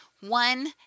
One